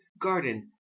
garden